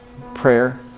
prayer